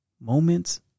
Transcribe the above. Moments